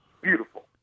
beautiful